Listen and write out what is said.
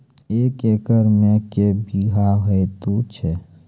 एक एकरऽ मे के बीघा हेतु छै?